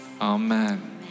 Amen